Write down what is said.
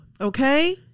Okay